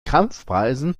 kampfpreisen